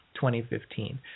2015